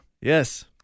yes